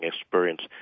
experience